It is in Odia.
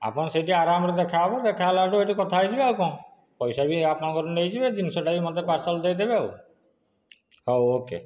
ଆପଣ ସେଇଠି ଆରାମ ରେ ଦେଖା ହବ ଦେଖା ହେଲେ ସେଇଠୁ କଥା ହେଇଯିବା ଆଉ କଣ ପଇସା ବି ଆପଣଙ୍କର ନେଇଯିବେ ଜିନିଷ ଟା ବି ମୋତେ ପାର୍ସଲ ଦେଇଦେବେ ଆଉ ହେଉ ଓକେ